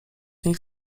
nich